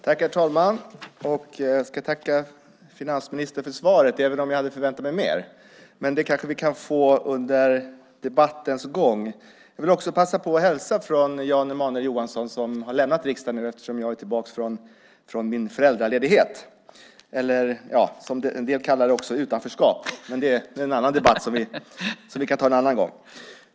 Herr talman! Jag tackar finansministern för svaret, även om jag hade förväntat mig mer. Men det kanske vi kan få under debattens gång. Jag vill också passa på att hälsa från Jan Emanuel Johansson, som har lämnat riksdagen, eftersom jag är tillbaka från min föräldraledighet. En del kallar det utanförskap, men den debatten kan vi ta en annan gång.